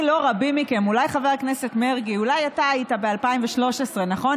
מכם, חבר הכנסת מרגי, אולי אתה היית ב-2013, נכון?